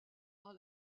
par